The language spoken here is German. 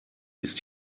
ist